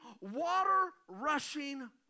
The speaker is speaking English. water-rushing